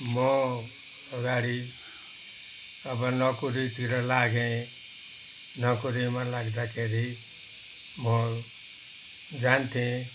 म अगाडि अब नोकरीतिर लागे नोकरीमा लाग्दाखेरि म जान्थेँ